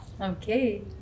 Okay